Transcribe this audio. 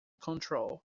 control